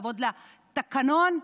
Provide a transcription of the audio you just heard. כבוד לתקנון,